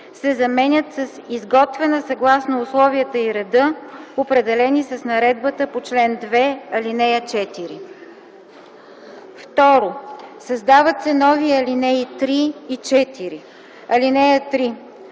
се заменят с „изготвена съгласно условията и реда, определени с наредбата по чл. 2, ал. 4”. 2. Създават се нови ал. 3 и 4: „(3)